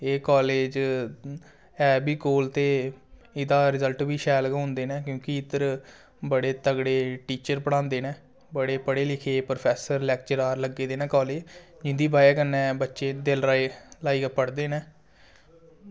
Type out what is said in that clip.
एह् कॉलेज ऐ बी कोल ते एह्दा रिजल्ट बी शैल गै होंदे न क्युंकि इद्धर बड़े तगड़े टीचर पढ़ांदे न बड़े पढ़े लिखे दे प्रोफेसर लेक्चरार लग्गे न कॉलेज पढ़ानै ई जिंदी बजह कन्नै बच्चे दिल लाइयै पढ़दे न